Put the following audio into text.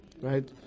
Right